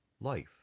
life